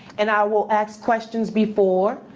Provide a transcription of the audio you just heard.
and i will ask questions before,